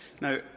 Now